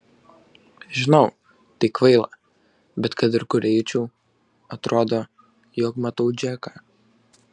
žinau tai kvaila bet kad ir kur eičiau atrodo jog matau džeką